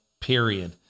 period